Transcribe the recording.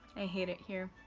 ah hate it here.